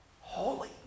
Holy